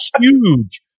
huge